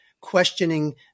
questioning